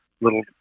little